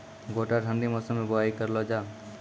गोटा ठंडी मौसम बुवाई करऽ लो जा?